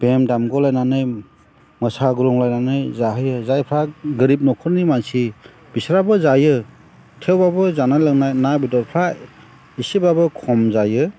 बेम दामगुलायनानै मोसाग्लुंलायनानै जाहोयो जायफ्रा गोरिब न'खरनि मानसि बिसोरहाबो जायो थेवबाबो जानाय लोंनाय ना बेदरफ्रा एसेबाबो खम जायो